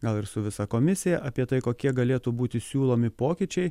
gal ir su visa komisija apie tai kokie galėtų būti siūlomi pokyčiai